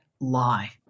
lie